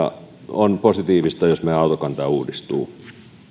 on positiivista jos meidän autokanta uudistuu